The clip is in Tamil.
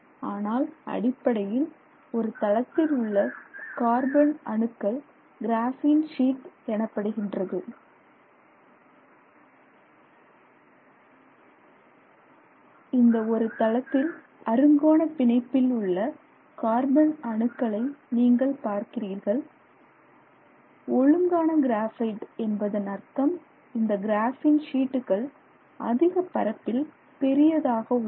ஆனால் அடிப்படையில் ஒரு தளத்தில் உள்ள கார்பன் அணுக்கள் கிராபின் ஷீட் எனப்படுகின்றது இந்த ஒரு தளத்தில் அறுங்கோண பிணைப்பில் உள்ள கார்பன் அணுக்களை நீங்கள் பார்க்கிறீர்கள் ஒழுங்கான கிராபைட் என்பதன் அர்த்தம் இந்த கிராபின் ஷீட்டுகள் அதிக பரப்பில் பெரியதாக உள்ளன